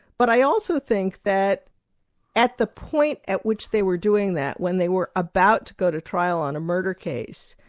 but i also think that at the point at which they were doing that, when they were about to go to trial on a murder case,